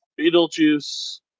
Beetlejuice